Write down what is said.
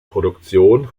produktion